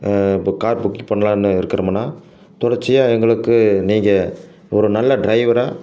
இப்போ car booking பண்ணலாம்னு இருக்கிறோமுண்ணா தொடர்ச்சி எங்களுக்கு நீங்கள் ஒரு நல்ல டிரைவராக